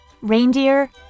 Reindeer